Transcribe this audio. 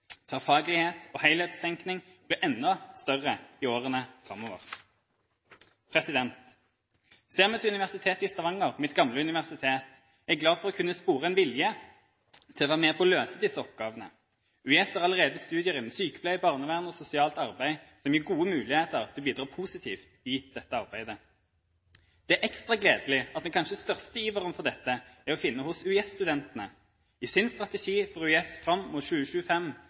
og helhetstenkning blir enda større i årene framover. Ser vi til Universitetet i Stavanger, mitt gamle universitet, er jeg glad for å kunne spore en vilje til å være med på å løse disse oppgavene. UiS har allerede studier innen sykepleie, barnevern og sosialt arbeid, som gir gode muligheter til å bidra positivt i dette arbeidet. Det er ekstra gledelig at den kanskje største iveren for dette er å finne hos UiS-studentene. I sin strategi for UiS fram mot 2025